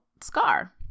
Scar